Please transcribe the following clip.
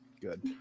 good